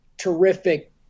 terrific